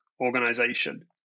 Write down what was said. organization